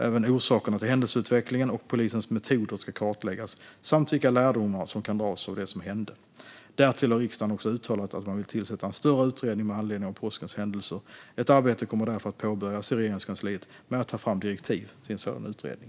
Även orsakerna till händelseutvecklingen och polisens metoder ska kartläggas samt vilka lärdomar som kan dras av det som hände. Därtill har riksdagen också uttalat att man vill tillsätta en större utredning med anledning av påskens händelser. Ett arbete kommer därför att påbörjas i Regeringskansliet med att ta fram direktiv till en sådan utredning.